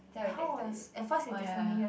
Jia-wei texted you oh ya ya